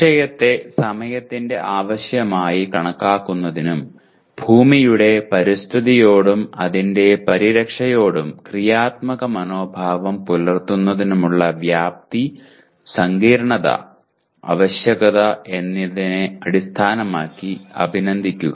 വിഷയത്തെ സമയത്തിന്റെ ആവശ്യമായി കണക്കാക്കുന്നതിനും ഭൂമിയുടെ പരിസ്ഥിതിയോടും അതിന്റെ പരിരക്ഷയോടും ക്രിയാത്മക മനോഭാവം പുലർത്തുന്നതിനുള്ള വ്യാപ്തി സങ്കീർണ്ണത ആവശ്യകത എന്നിവയെ അഭിനന്ദിക്കുക